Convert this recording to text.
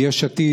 מיש עתיד,